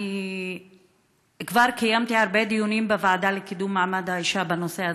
אני כבר קיימתי הרבה דיונים בוועדה לקידום מעמד האישה בנושא הזה.